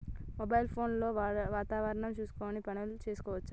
Mobile phone లో వాతావరణం చూసుకొని పనులు చేసుకోవచ్చా?